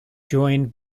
joined